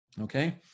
Okay